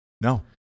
No